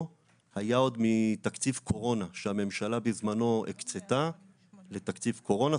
היה עוד מתקציב קורונה שהממשלה בזמנו הקצתה לתקציב קורונה,